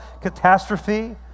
catastrophe